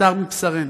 בשר מבשרנו,